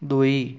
ଦୁଇ